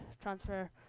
transfer